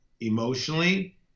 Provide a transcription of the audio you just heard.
emotionally